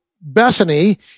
Bethany